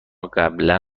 قبلا